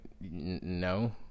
no